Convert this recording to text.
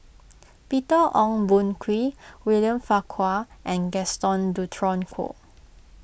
Peter Ong Boon Kwee William Farquhar and Gaston Dutronquoy